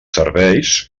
serveis